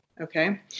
Okay